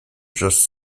just